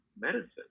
medicine